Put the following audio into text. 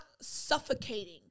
suffocating